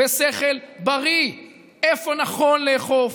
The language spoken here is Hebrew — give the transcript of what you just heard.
בשכל בריא: איפה נכון לאכוף,